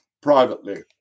privately